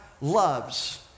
loves